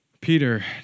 Peter